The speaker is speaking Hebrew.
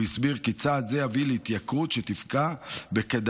הוא הסביר כי צעד זה יביא להתייקרות שתפגע בכדאיות